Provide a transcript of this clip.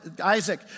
Isaac